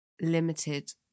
limited